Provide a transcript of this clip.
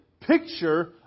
picture